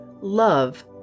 Love